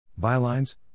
Bylines